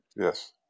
Yes